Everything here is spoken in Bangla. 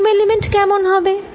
ভলিউম এলিমেন্ট কেমন হবে